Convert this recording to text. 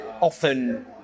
often